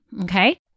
Okay